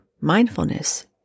mindfulness